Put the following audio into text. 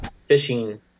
fishing